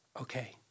okay